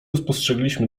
spostrzegliśmy